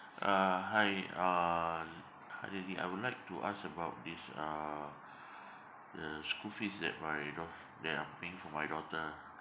uh hi uh l~ hi lily I would like to ask about this uh the school fees that my you know that I'm paying for my daughter